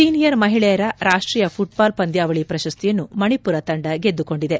senior ಮಹಿಳೆಯರ ರಾಷ್ಷೀಯ ಘಟ್ಟಾಲ್ ಪಂದ್ವಾವಳಿ ಪ್ರಶಸ್ತಿಯನ್ನು ಮಣಿಪುರ ತಂಡ ಗೆದ್ದುಕೊಂಡಿದೆ